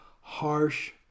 harsh